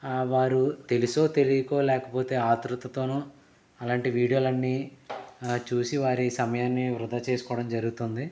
వారు తెలుసో తెలియకో లేకపోతే ఆతృతతోనో అలాంటి వీడియోలు అన్ని చూసి వారి సమయాన్ని వృధా చేసుకోవడం జరుగుతుంది